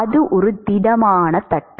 அது ஒரு திடமான தட்டு